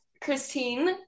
Christine